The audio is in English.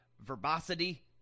verbosity